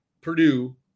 Purdue